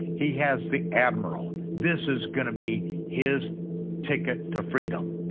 he has the admiral. this is gonna be his ticket to freedom.